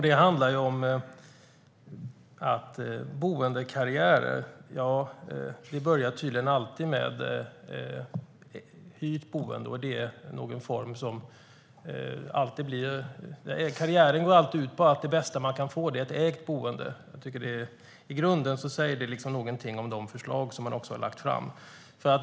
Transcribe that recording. Det handlar om att boendekarriärer tydligen alltid börjar med hyrt boende och alltid går ut på att det bästa man kan få är ett ägt boende. Jag tycker att detta säger någonting i grunden om de förslag som har lagts fram.